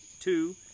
two